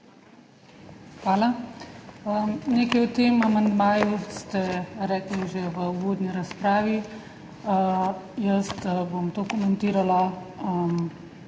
Hvala. Nekaj o tem amandmaju ste rekli že v uvodni razpravi. Jaz bom to komentirala